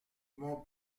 mon